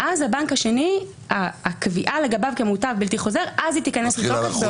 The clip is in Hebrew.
הקביעה לגבי הבנק השני כמוטב בלתי חוזר תיכנס לתוקף.